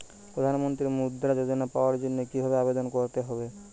প্রধান মন্ত্রী মুদ্রা যোজনা পাওয়ার জন্য কিভাবে আবেদন করতে হবে?